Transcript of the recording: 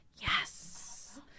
yes